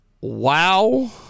wow